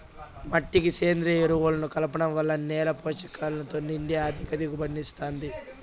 మట్టికి సేంద్రీయ ఎరువులను కలపడం వల్ల నేల పోషకాలతో నిండి అధిక దిగుబడిని ఇస్తాది